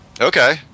Okay